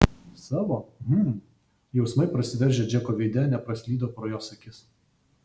savo hm jausmai prasiveržę džeko veide nepraslydo pro jos akis